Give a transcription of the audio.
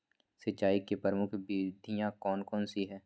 सिंचाई की प्रमुख विधियां कौन कौन सी है?